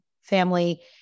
family